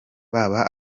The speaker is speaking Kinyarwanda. baba